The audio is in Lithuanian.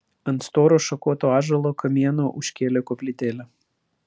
ant storo šakoto ąžuolo kamieno užkėlė koplytėlę